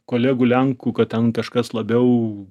kolegų lenkų kad ten kažkas labiau